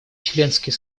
членский